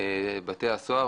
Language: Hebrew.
בתי-הסוהר